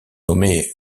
nommés